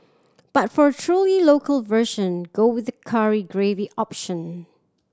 but for truly local version go with curry gravy option